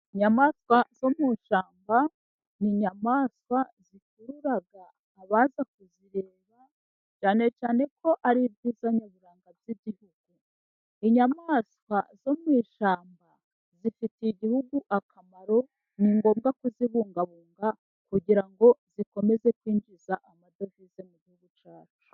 Inyamaswa zo mushyamba ni inyamaswa zikurura abaza kuzireba, cyane cyane ko ari ibyiza nyaburanga by'igihugu. Inyamaswa zo mu ishyamba zifitiye igihugu akamaro, ni ngombwa kuzibungabunga, kugira ngo zikomeze kwinjiza amadovize mu gihugu cyacu.